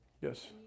Yes